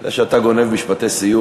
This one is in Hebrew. לא נתת לו משפט סיום.